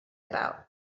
about